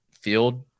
field